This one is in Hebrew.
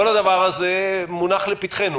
כל הדבר הזה מונח לפתחנו.